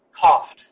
coughed